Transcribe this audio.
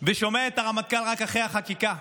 ושומע את הרמטכ"ל רק אחרי החקיקה.